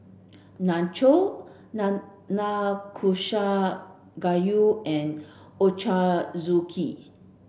Nachos Nanakusa Gayu and Ochazuke